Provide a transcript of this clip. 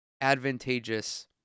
advantageous